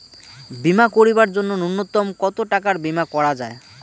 বীমা করিবার জন্য নূন্যতম কতো টাকার বীমা করা যায়?